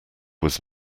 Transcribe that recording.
was